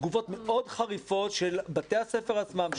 תגובות מאוד חריפות של בתי הספר עצמם,